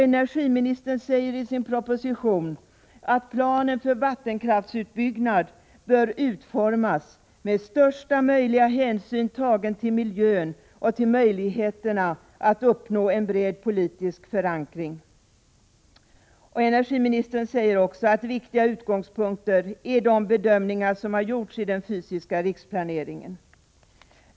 Energiministern säger i sin proposition att planen för vattenkraftsutbyggnad bör utformas med största möjliga hänsyn tagen till miljön och till möjligheterna att uppnå en bred politisk förankring. Energiministern säger att viktiga utgångspunkter är de bedömningar som har gjorts i den fysiska riksplaneringen.